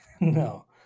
No